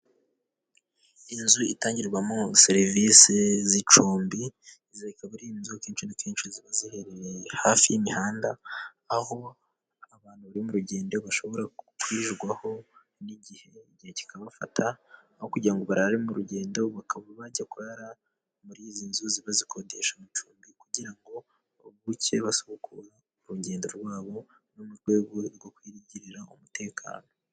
Inzu itangirwamo serivisi z'icumbi, ikaba ari inzu akenshi na kenshi, ziba ziherereye hafi y'imihanda. Aho abantu bari mu rugendo bashobora kwirirwaho , igihe kikabafata aho kugira ngo barare mu rugendo ,bakaba bajya kurara muri izi nzu zibazikodesha amacumbi .Kugira ngo bukeye basubukure urugendo rwabo ,no mu rwego rwo kwigirira umutekano.